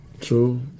True